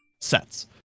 sets